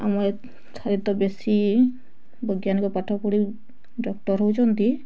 ଆମ ଏଠାରେ ତ ବେଶି ବୈଜ୍ଞାନିକ ପାଠ ପଢ଼ି ଡକ୍ଟର ହେଉଛନ୍ତି